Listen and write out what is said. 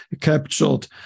captured